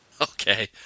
Okay